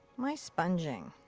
my sponging.